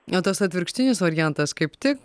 o tas atvirkštinis variantas kaip tik